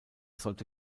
sollte